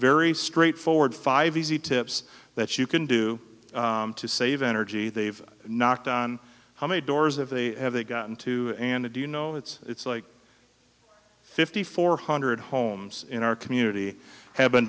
very straightforward five easy tips that you can do to save energy they've knocked on how many doors if they have they got into and do you know it's it's like fifty four hundred homes in our community have been